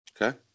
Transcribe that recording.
Okay